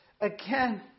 Again